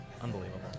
Unbelievable